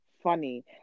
funny